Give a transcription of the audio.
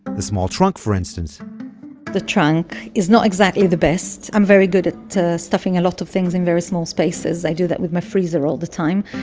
the small trunk for instance the trunk is not exactly the best. i'm very good at stuffing a lot of things in very small spaces, i do that with my freezer all the time,